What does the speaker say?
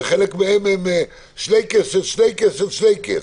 וחלק מהם הם שלייקס על שלייקס על שלייקס.